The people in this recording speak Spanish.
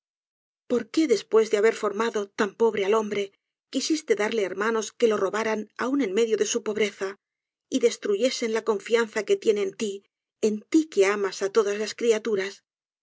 por qué después de haber formado tan pobre al hombre quisiste darle hermanos que lo robaran aun en medio de su pobreza y destruyesen la confianza que tiene en ti en ti que amas á todas las criaturas